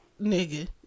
Nigga